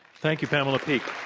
thank you, pamela peeke.